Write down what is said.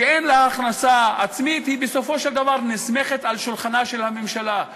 כשאין לה הכנסה עצמית בסופו של דבר היא נסמכת על שולחן הממשלה,